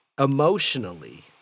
emotionally